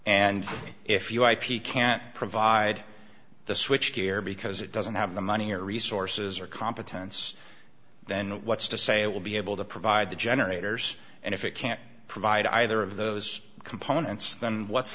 and if you ip can't provide the switchgear because it doesn't have the money or resources or competence then what's to say it will be able to provide the generators and if it can't provide either of those components then what's